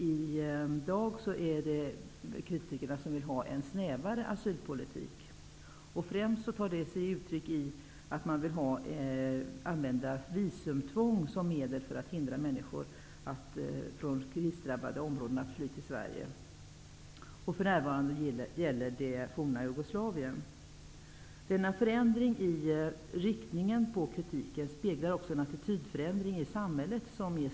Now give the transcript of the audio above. I dag vill kritikerna ha en snävare asylpolitik. Främst tar detta sig uttryck i att man vill använda visumtvånget som medel för att hindra människor från krisdrabbade områden att fly till Sverige. För närvarande gäller detta det forna Denna förändring i riktningen på kritiken speglar också en skrämmande attitydförändring i samhället.